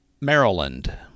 Maryland